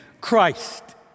Christ